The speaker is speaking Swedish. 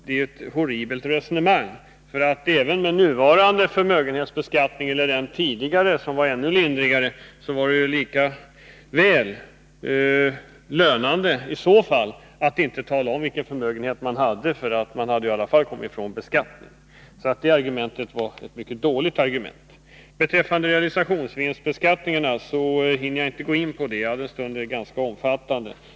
Det är ju ett horribelt resonemang, för även med den nuvarande förmögenhetsbeskattningen och med den tidigare, som var ännu lindrigare, är det ju i så fall lika lönande att inte tala om vilka förmögenheter man har för att därmed komma ifrån beskattning. Det argumentet var ett mycket dåligt argument. Jag hinner tyvärr inte gå in på realisationsvinstbeskattningen, eftersom den frågan är ganska omfattande.